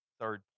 third